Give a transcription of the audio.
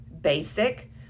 basic